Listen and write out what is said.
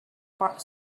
part